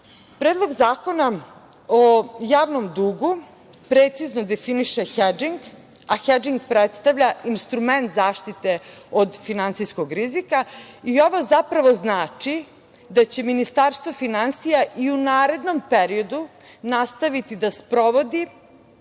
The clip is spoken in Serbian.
zakona o javnom dugu precizno definiše hedžing, a hedžing predstavlja instrument zaštite od finansijskog rizika. Ovo, zapravo, znači da će Ministarstvo finansija i u narednom periodu nastaviti da sprovodi